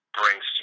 brings